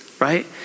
right